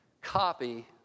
copy